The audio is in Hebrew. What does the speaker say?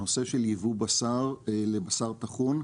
בנושא של יבוא בשר לבשר טחון,